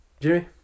Jimmy